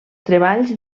treballs